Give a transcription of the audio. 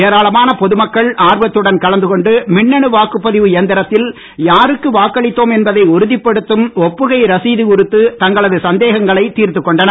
ஏராளமான பொது மக்கள் ஆர்வத்துடன் கலந்துக் கொண்டு மின்னணு வாக்குப்பதிவு எந்திரத்தின் யாருக்கு வாக்களித்தோம் என்பதை உறுதிப்படுத்தும் ஒப்புகை ரசீது குறித்து தங்களது சந்தேகங்களை தீர்த்துக் கொண்டனர்